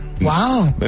Wow